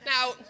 Now